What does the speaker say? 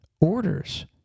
orders